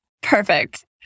Perfect